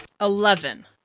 Eleven